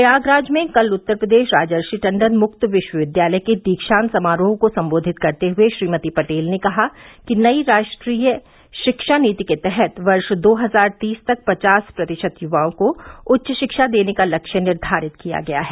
प्रयागराज में कल उत्तर प्रदेश राजर्षि टण्डन मुक्त विश्वविद्यालय के दीक्षान्त समारोह को संबोधित करते हुए श्रीमती पटेल ने कहा कि नयी राष्ट्रीय शिक्षा नीति के तहत वर्ष दो हजार तीस तक पचास प्रतिशत युवाओं को उच्च शिक्षा देने का लक्ष्य निर्धारित किया गया है